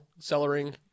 cellaring